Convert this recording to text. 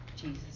Jesus